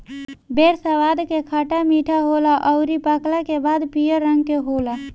बेर स्वाद में खट्टा मीठा होला अउरी पकला के बाद पियर रंग के होला